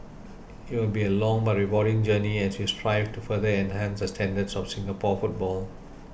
it will be a long but rewarding journey as we strive to further enhance the standards of Singapore football